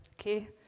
okay